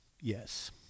Yes